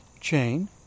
chain